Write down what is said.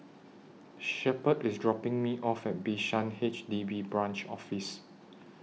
Shepherd IS dropping Me off At Bishan H D B Branch Office